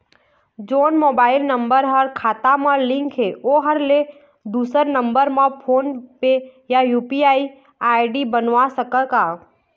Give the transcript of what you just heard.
जोन mobile number हा खाता मा लिन्क हे ओकर ले दुसर नंबर मा फोन पे या यू.पी.आई आई.डी बनवाए सका थे?